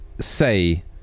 say